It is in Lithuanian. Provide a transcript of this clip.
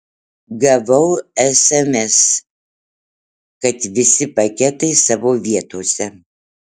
gavau sms kad visi paketai savo vietose